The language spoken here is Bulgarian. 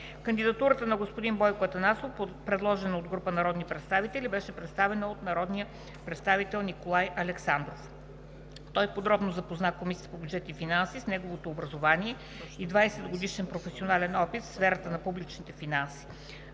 Кандидатурата на господин Бойко Атанасов, предложена от група народни представители, беше представена от народния представител Николай Александров. Той подробно запозна Комисията по бюджет и финанси с неговото образование и 20-годишен професионален опит в сферата на публичните финанси.